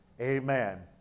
Amen